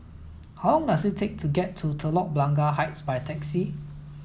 how long does it take to get to Telok Blangah Heights by taxi